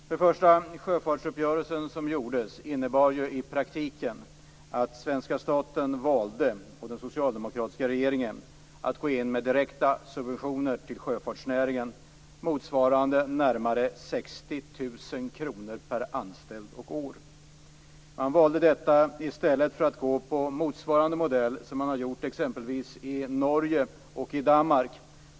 Först och främst innebar sjöfartsuppgörelsen i praktiken att svenska staten och den socialdemokratiska regeringen valde att gå in med direkta subventioner till sjöfartsnäringen motsvarande närmare 60 000 kr per anställd och år. Man valde detta i stället för att använda motsvarande modell som man har använt exempelvis i Norge och i Danmark.